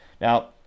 Now